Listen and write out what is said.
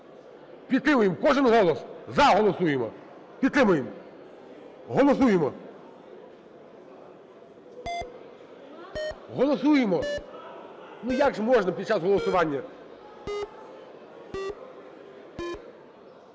підтримуємо, кожен голос. "За" голосуємо, підтримуємо, голосуємо! Голосуємо. Як же можна під час голосування?...